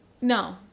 no